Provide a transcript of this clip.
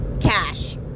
cash